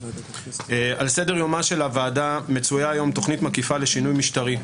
על סדר-יומה של הוועדה מצויה היום תוכנית מקיפה לשינוי משטרי,